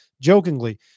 jokingly